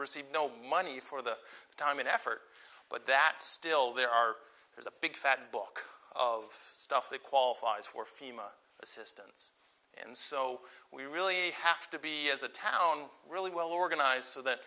receive no money for the time and effort but that still there are there's a big fat book of stuff that qualifies for fema assistance and so we really have to be as a town really well organized so that